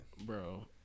Bro